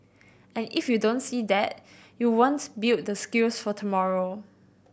and if you don't see that you won't build the skills for tomorrow